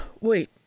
Wait